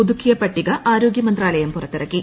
പുതുക്കിയ പട്ടിക ആരോഗ്യമന്ത്രാലയം പുറത്തിറക്കി